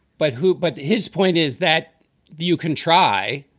but who? but his point is that you can try,